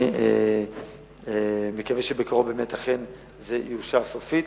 אני מקווה שבקרוב אכן זה יאושר סופית.